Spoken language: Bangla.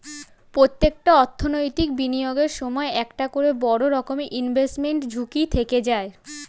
প্রত্যেকটা অর্থনৈতিক বিনিয়োগের সময় একটা করে বড় রকমের ইনভেস্টমেন্ট ঝুঁকি থেকে যায়